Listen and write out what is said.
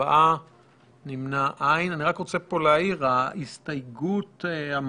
5 נמנעים, אין ההסתייגות לא